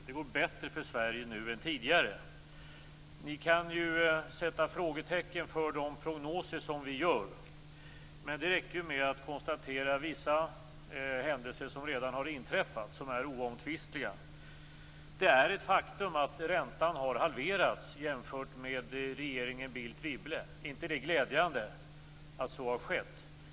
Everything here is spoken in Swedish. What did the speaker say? Det går bättre för Sverige nu än tidigare. Ni kan ju sätta frågetecken för de prognoser som vi gör. Men det räcker med att konstatera vissa händelser som redan har inträffat, vilka är oomtvistliga. Det är ett faktum att räntan har halverats jämfört med på regeringen Bildt-Wibbles tid. Är det inte glädjande att så har skett?